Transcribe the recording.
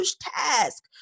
task